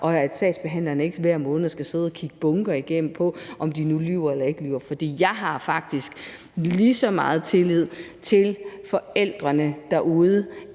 og så sagsbehandlere ikke hver måned skal sidde og kigge bunker igennem, med hensyn til om de nu lyver eller ikke lyver. For jeg har faktisk lige så meget tillid til forældrene derude,